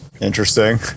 interesting